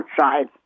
outside